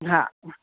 हा